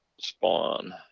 spawn